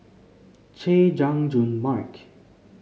Chay Jung Jun Mark